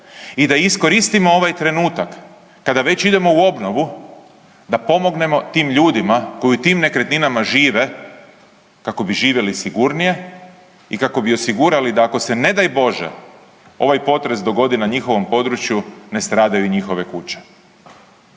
i da iskoristimo ovaj trenutak kada već idemo u obnovu da pomognemo tim ljudima koji u tim nekretninama žive kao bi živjeli sigurnije i kako bi osigurali da ako se ne daj Bože ovaj potres dogodi na njihovom području, ne stradaju njihove kuće.